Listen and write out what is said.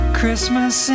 Christmas